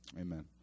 Amen